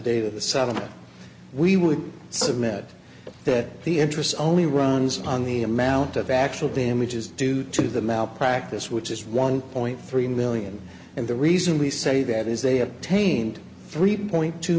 of the settlement we would submit that the interest only runs on the amount of actual damages due to the malpractise which is one point three million and the reason we say that is they obtained three point two